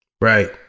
Right